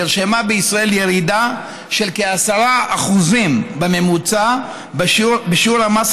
נרשמה בישראל ירידה של כ-10% בממוצע בשיעור המס